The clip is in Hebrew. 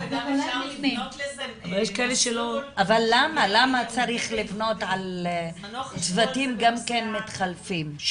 אבל למה צריך לבנות על צוותים גם כן מתחלפים?